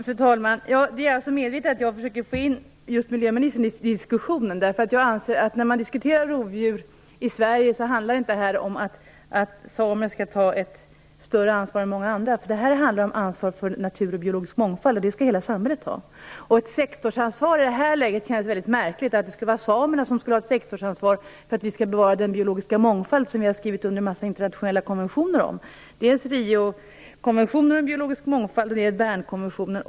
Fru talman! Det är ett medvetet försök att få in miljöministern i diskussionen. När man diskuterar rovdjur i Sverige handlar det inte om att samer skall ta ett större ansvar än många andra, därför att detta handlar om ansvar för natur och biologisk mångfald och det ansvaret skall hela samhället ta. I det här läget skulle det kännas väldigt märkligt om samerna som skulle ha ett sektorsansvar för att bevara den biologiska mångfald som vi har skrivit under en massa internationella konventioner om, dels Riokonventionen om biologisk mångfald, dels Bernkonventionen.